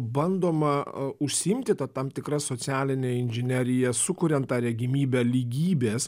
bandoma užsiimti ta tam tikra socialine inžinerija sukuriant tą regimybę lygybės